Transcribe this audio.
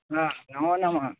हा नमोन्नमः